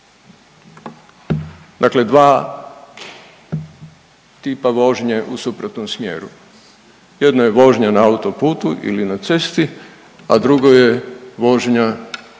dakle dva tipa vožnje u suprotnom smjeru, jedno je vožnja na autoputu ili na cesti, a drugo je vožnja u